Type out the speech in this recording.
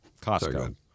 Costco